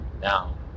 now